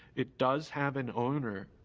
it does have an owner.